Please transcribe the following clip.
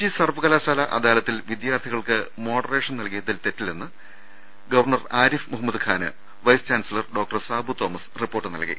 G സർവകലാശാല അദാലത്തിൽ വിദ്യാർത്ഥികൾക്ക് മോഡറേഷൻ നൽകിയതിൽ തെറ്റില്ലെന്ന് ഗവർണർ ആരിഫ് മുഹമ്മദ്ഖാന് vice chancellor doctor Sabu Thomas report നൽകി